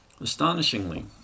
Astonishingly